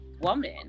woman